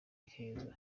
heza